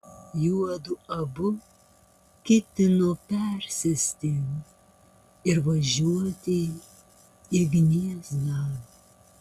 juodu abu ketino persėsti ir važiuoti į gniezną